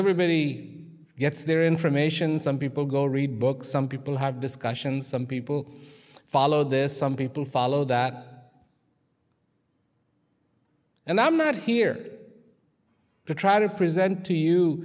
everybody gets their information some people go read books some people have discussions some people follow this some people follow that and i'm not here to try to present to you